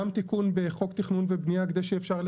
גם תיקון לחוק תכנון ובנייה-כדי שאפשר יהיה